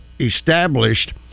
established